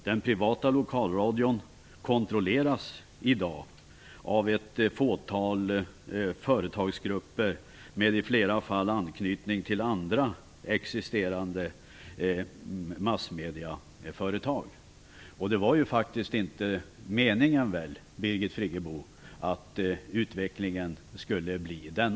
Den privata lokalradion kontrolleras i dag av ett fåtal företagsgrupper, i flera fall med anknytning till andra existerande massmedieföretag. Det var väl inte meningen, Birgit Friggebo, att utvecklingen skulle bli sådan ?